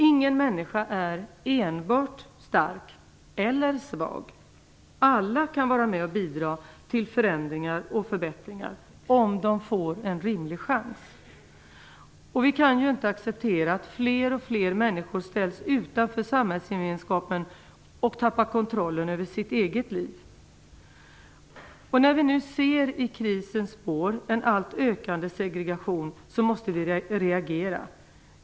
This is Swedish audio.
Ingen människa är enbart stark eller svag. Alla kan vara med och bidra till förändringar och förbättringar om de får en rimlig chans. Vi kan inte acceptera att fler och fler människor ställs utanför samhällsgemenskapen och tappar kontrollen över sitt eget liv. När vi nu i krisens spår ser en allt ökande segregation måste vi reagera.